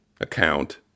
account